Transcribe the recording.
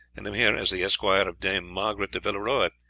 and am here as the esquire of dame margaret de villeroy,